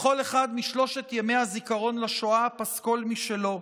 לכל אחד משלושת ימי הזיכרון לשואה פסקול משלו,